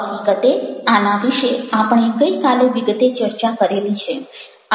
હકીકતે આના વિષે આપણે ગઈ કાલે વિગતે ચર્ચા કરેલી છે